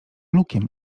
lukiem